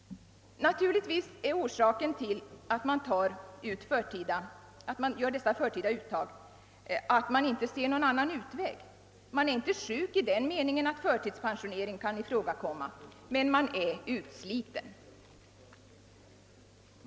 Naturligtvis är orsaken till att man gör dessa förtida uttag att man inte ser någon annan utväg. Man är inte sjuk i den meningen att förtidspensionering kan ifrågakomma, men man är utsliten.